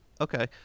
Okay